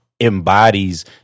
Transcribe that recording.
embodies